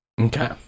Okay